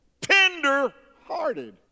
Tender-hearted